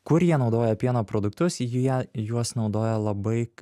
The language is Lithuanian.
kur jie naudoja pieno produktus jie juos naudoja labai